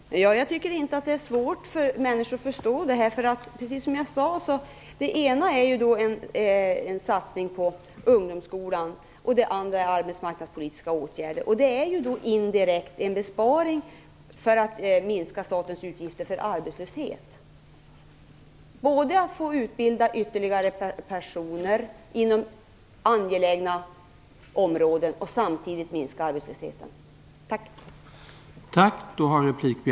Herr talman! Jag tror inte att det är svårt för människor att förstå detta. Det ena handlar ju om en satsning på ungdomsskolan. Det andra handlar om arbetsmarknadspolitiska åtgärder. Det är indirekt en besparing. Man minskar statens utgifter för arbetslöshet. Man utbildar ytterligare personer inom angelägna områden och minskar samtidigt arbetslösheten.